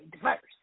diverse